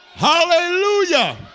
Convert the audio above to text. Hallelujah